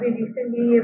recently